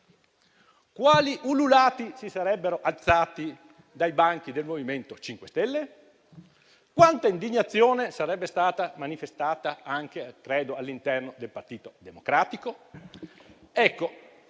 Quali ululati si sarebbero alzati dai banchi del MoVimento 5 Stelle? Quanta indignazione sarebbe stata manifestata - credo - anche all'interno del Partito Democratico?